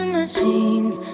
machines